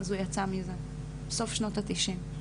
אז הוא יצא מזה, סוף שנות התשעים.